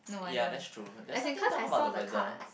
ya that's true there's nothing to talk about the weather